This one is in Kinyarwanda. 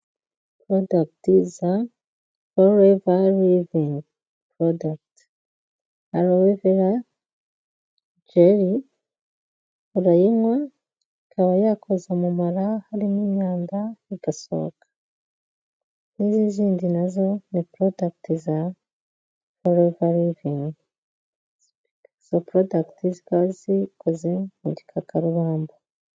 Product za forever living product, forever gel urayinywa ikaba yakoza mu mara harimo imyanda bigasohoka n'izindi nazo ni product za forever living izo product zikaba zikoze mu igikakarubamba.